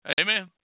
Amen